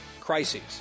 Crises